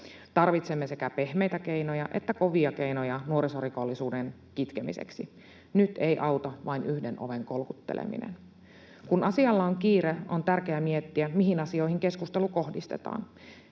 Tarvitsemme sekä pehmeitä keinoja että kovia keinoja nuorisorikollisuuden kitkemiseksi. Nyt ei auta vain yhden oven kolkutteleminen. Kun asialla on kiire, on tärkeää miettiä, mihin asioihin keskustelu kohdistetaan.